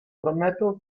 prometo